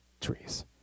trees